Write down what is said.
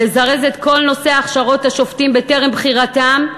לזרז את כל נושא הכשרות השופטים בטרם בחירתם,